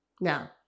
Now